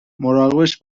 مراقبش